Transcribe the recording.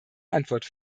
antwort